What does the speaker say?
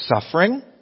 suffering